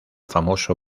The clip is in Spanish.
famoso